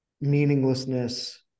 meaninglessness